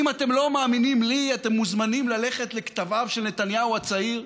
אם אתם לא מאמינים לי אתם מוזמנים ללכת לכתביו של נתניהו הצעיר,